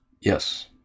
Yes